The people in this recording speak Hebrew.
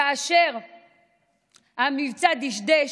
כאשר המבצע דשדש,